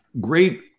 great